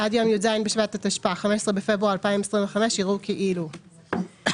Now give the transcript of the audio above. עד יום י"ז בשבט התשפ"ה (15 בפברואר 2025) יראו כאילו- (1)